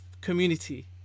community